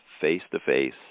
face-to-face